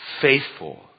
faithful